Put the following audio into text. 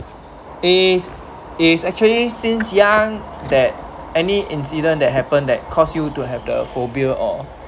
is is actually since young that any incident that happen that cause you to have the phobia or